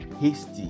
hasty